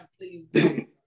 please